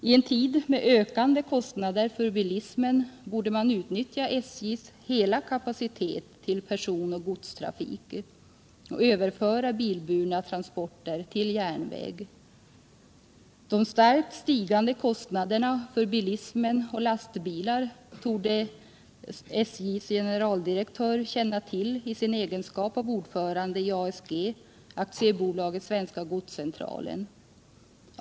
I en tid med ökande kostnader för bilismen borde man utnyttja SJ:s hela kapacitet till personoch godstrafik och överföra bilburna transporter till järnväg. De starkt stigande kostnaderna för bilism och lastbilar torde SJ:s generaldirektör känna till i sin egenskap av ordförande i ASG —- Aktiebolaget Svenska Godscentralen.